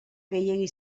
gehiegi